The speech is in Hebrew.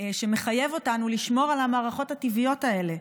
שמחייב אותנו לשמור על המערכות הטבעיות האלה,